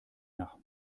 nach